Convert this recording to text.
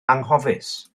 anghofus